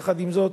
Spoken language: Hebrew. יחד עם זאת,